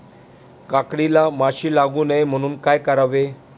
काकडीला माशी लागू नये म्हणून काय करावे?